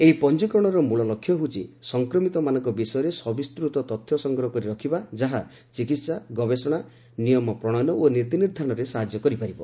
ଏହି ପଞ୍ଜିକରଣର ମିଳ ଲକ୍ଷ୍ୟ ହେଉଛି ସଂକ୍ରମିତମାନଙ୍କ ବିଷୟରେ ସବିସ୍ତୃତ ତଥ୍ୟ ସଂଗ୍ରହ କରି ରଖିବା ଯାହା ଚିକିହା ଗବେଷଣା ନିୟମ ପ୍ରଣୟନ ଓ ନୀତି ନିର୍ଦ୍ଧାରଣରେ ସାହାଯ୍ୟ କରିପାରିବ